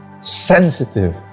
sensitive